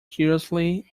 curiously